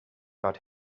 bad